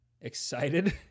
excited